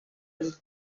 ever